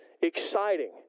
exciting